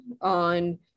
on